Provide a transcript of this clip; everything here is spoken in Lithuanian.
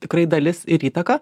tikrai dalis ir įtaka